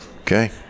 Okay